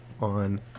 on